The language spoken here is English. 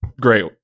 great